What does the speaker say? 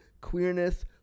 queerness